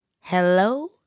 Hello